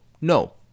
No